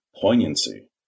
poignancy